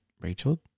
Rachel